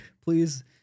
please